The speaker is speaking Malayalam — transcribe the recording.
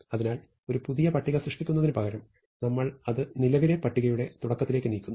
അതിനാൽ ഒരു പുതിയ പട്ടിക സൃഷ്ടിക്കുന്നതിനുപകരം നമ്മൾ അത് നിലവിലെ പട്ടികയുടെ തുടക്കത്തിലേക്ക് നീക്കുന്നു